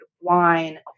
wine